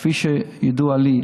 כפי שידוע לי,